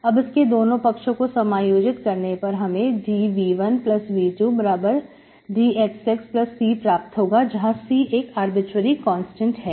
अब इसके दोनों पक्षों को समायोजित करने पर हमें dV1V2dxxC प्राप्त होगा जहां C आर्बिट्रेरी कांस्टेंट है